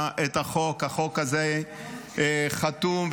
החוק הזה חתום,